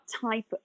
type